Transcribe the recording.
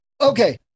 Okay